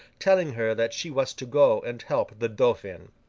telling her that she was to go and help the dauphin.